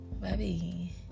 baby